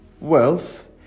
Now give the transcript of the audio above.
wealth